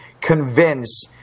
convince